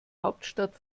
hauptstadt